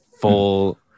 full